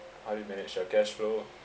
how do you manage your cash flow